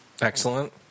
Excellent